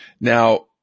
Now